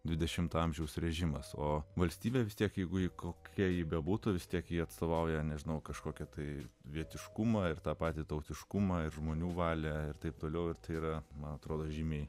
dvidešimto amžiaus režimas o valstybė vis tiek jeigu ji kokia ji bebūtų vis tiek ji atstovauja nežinau kažkokia tai vietiškumą ir tą patį tautiškumą ir žmonių valią ir taip toliau ir tai yra man atrodo žymiai